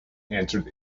answered